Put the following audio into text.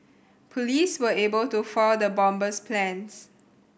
police were able to foil the bomber's plans